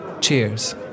Cheers